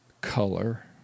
color